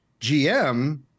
GM